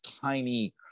tiny